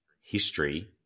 history